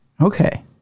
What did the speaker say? Okay